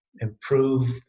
improve